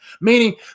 Meaning